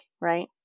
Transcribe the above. Right